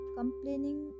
complaining